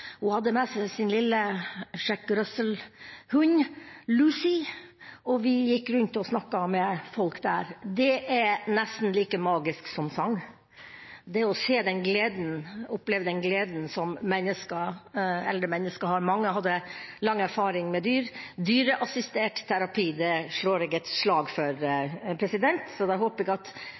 Hun hadde med seg sin lille Jack russell-terrier, Lucy, og vi gikk rundt og snakket med folk der. Det å oppleve den gleden som eldre mennesker har, er nesten like magisk som sang. Mange hadde lang erfaring med dyr. Dyreassistert terapi slår jeg et slag for.